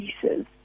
pieces